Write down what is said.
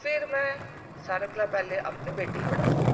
फिर में सारें कोला पैह्ले अपने बेटे गी पढ़ानी